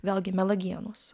vėlgi melagienos